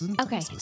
okay